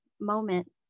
moment